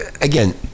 again